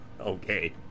Okay